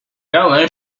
原文